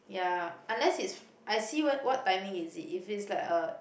ya unless it's I see what what timing is it if it's like uh